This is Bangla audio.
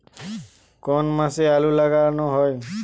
কোন মাসে আলু লাগানো হয়?